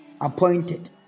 appointed